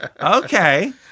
Okay